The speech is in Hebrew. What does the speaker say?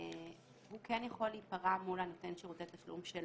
הוא כן יכול להיפרע מול נותן התשלום שלו.